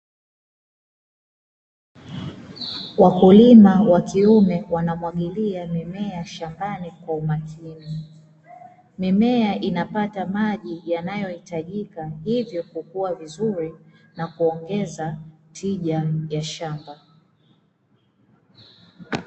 Wakulima wa kiume wanamwagilia mimea shambani kwa umakini mimea inapata maji yanayohitajika hivyo kwa kuwa vizuri na kuongeza tija ya shamba.